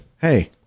Hey